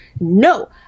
No